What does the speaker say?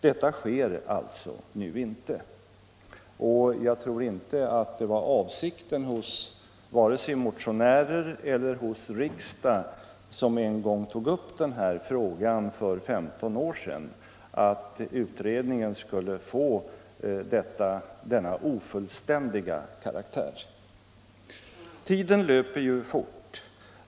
Detta sker alltså inte nu, och jag tror inte att det var avsikten hos vare sig motionärer eller riksdag, som för 15 år sedan tog upp den här frågan, att utredningen skulle få denna ofullständiga karaktär. Tiden löper ju fort.